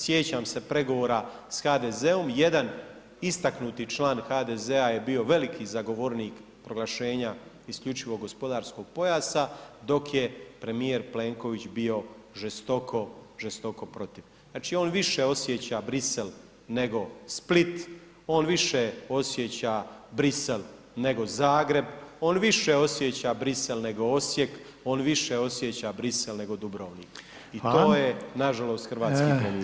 Sjećam se pregovora s HDZ-om, jedan istaknuti član HDZ-a je bio veliki zagovornik proglašenja isključivog gospodarskog pojasa dok je premijer Plenković bio žestoko, žestoko protiv, znači on više osjeća Brisel, nego Split, on više osjeća Brisel nego Zagreb, on više osjeća Brisel nego Osijek, on više osjeća Brisel nego Dubrovnik [[Upadica: Hvala]] i to je nažalost hrvatski